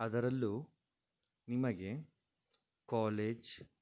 ಅದರಲ್ಲು ನಿಮಗೆ ಕಾಲೇಜ್